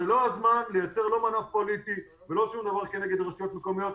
זה לא הזמן לייצר מנוף פוליטי או שום דבר כנגד רשויות המקומיות,